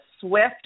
swift